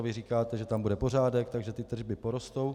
Vy říkáte, že tam bude pořádek, takže ty tržby porostou.